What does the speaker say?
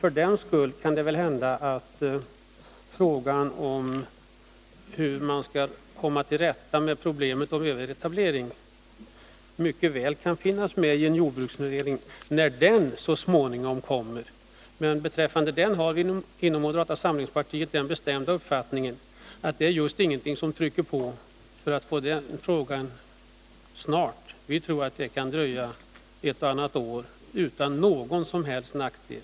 För den skull kan det väl hända att frågan om hur man skall komma till rätta med problemet med överetablering mycket väl kan finnas med i en ny jordbruksutredning när den så småningom kommer. Men beträffande den senare har vi inom moderata samlingspartiet den bestämda uppfattningen att det just inte är någonting som trycker på för att få den frågan löst snart. Vi tror att det kan dröja ett och annat år utan någon som helst nackdel.